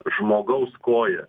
žmogaus koją